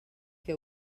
que